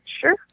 sure